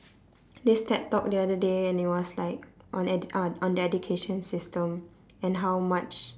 this ted talk the other day and it was on like edu~ uh on the education system and how much